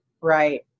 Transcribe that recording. right